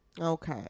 okay